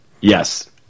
Yes